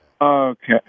Okay